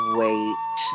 wait